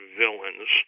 villains